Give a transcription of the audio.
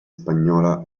spagnola